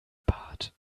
bart